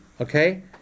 Okay